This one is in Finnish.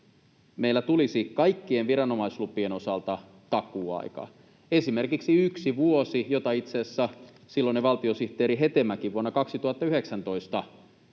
meille tulisi kaikkien viranomaislupien osalta takuuaika, esimerkiksi yksi vuosi, mitä itseasiassa silloinen valtiosihteeri Hetemäki vuonna 2019 esitti